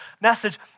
message